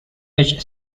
which